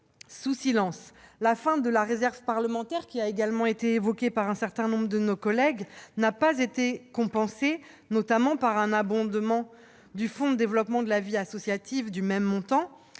sous silence. La fin de la réserve parlementaire, également évoquée par un certain nombre de collègues, n'a pas été compensée par un abondement du fonds pour le développement de la vie associative du même montant